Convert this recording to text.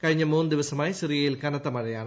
കഴിഞ്ഞ മൂന്ന് ദിവസമായി സിറിയയിൽ കനത്ത മഴയാണ്